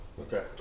Okay